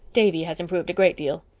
davy has improved a great deal.